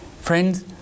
Friends